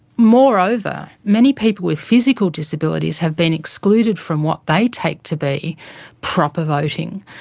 moreover, many people with physical disabilities have been excluded from what they take to be proper voting.